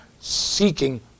seeking